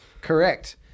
Correct